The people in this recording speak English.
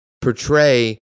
portray